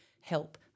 help